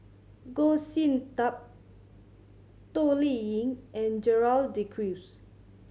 Goh Sin Tub Toh Liying and Gerald De Cruz